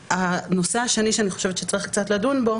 הנושא השני שאני חושבת שצריך קצת לדון בו